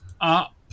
up